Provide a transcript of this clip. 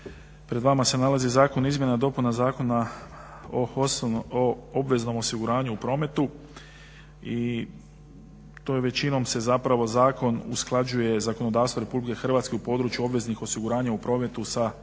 Pred vama se nalazi Zakon o izmjenama i dopunama Zakona o obveznim osiguranjima u prometu i to se većinom zakon usklađuje zakonodavstvo Republike Hrvatske u području obveznih osiguranja u prometu sa Direktivom